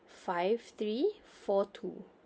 five three four two